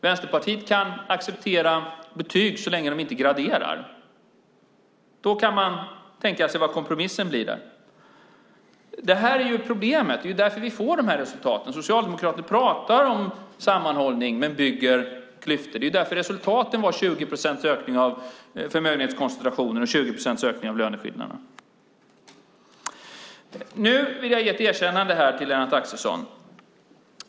Vänsterpartiet kan acceptera betyg så länge de inte är graderade. Då kan man tänka sig vad kompromissen blir. Det här är problemet. Det är därför vi får de här resultaten. Socialdemokrater pratar om sammanhållning men bygger klyftor. Det är därför resultatet var 20 procents ökning av förmögenhetskoncentrationen och 20 procents ökning av löneskillnaderna. Nu vill jag ge ett erkännande till Lennart Axelsson.